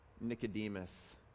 Nicodemus